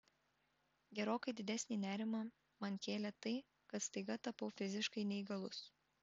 gerokai didesnį nerimą man kėlė tai kad staiga tapau fiziškai neįgalus